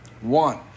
One